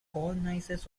cornices